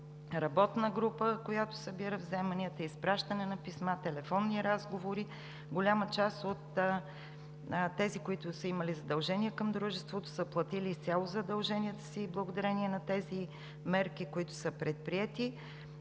работна група, която събира вземанията; изпращане на писма; телефонни разговори. Голяма част от тези, които са имали задължения към дружеството, са платили изцяло задълженията си, благодарение на тези мерки, които са предприети.